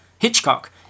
Hitchcock